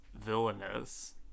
villainous